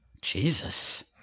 Jesus